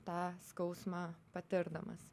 tą skausmą patirdamas